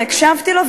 הקשבתי לו,